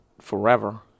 forever